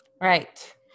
Right